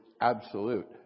absolute